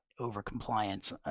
overcompliance